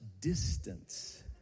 distance